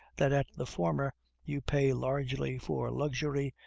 that at the former you pay largely for luxury,